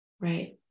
right